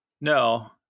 No